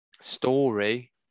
story